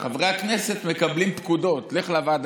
חברי הכנסת של הקואליציה